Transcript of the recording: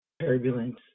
turbulence